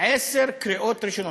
עשר קריאות ראשונות,